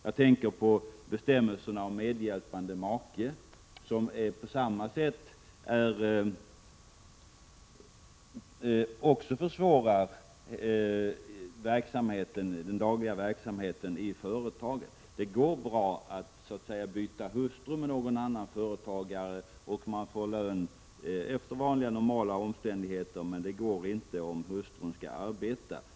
Jag tänker på bestämmelserna om medhjälpande make, bestämmelser som på samma sätt försvårar den dagliga verksamheten i företaget. Det går bra att så att säga byta hustru med någon annan företagare och då betala lön efter vanliga normala villkor, men det går inte om hustrun arbetar i mannens företag.